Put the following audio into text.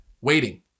waiting